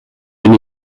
bin